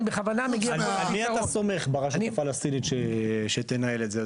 אני בכוונה מגיע --- על מי אתה סומך ברשות הפלסטינית שתנהל את זה,